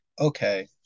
Okay